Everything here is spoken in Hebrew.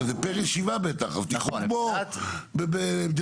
הרי זה פר ישיבה בטח, אז תיקחו כמו דירקטוריון.